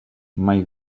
mai